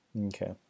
Okay